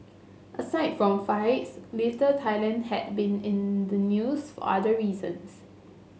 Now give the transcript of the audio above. aside from fights Little Thailand had been in the news for other reasons